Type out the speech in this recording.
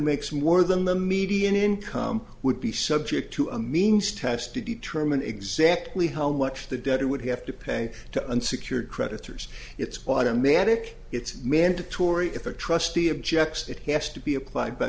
makes more than the median income would be subject to a means test to determine exactly how much the debt it would have to pay to unsecured creditors it's automatic it's mandatory if the trustee objects it has to be applied by